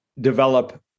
develop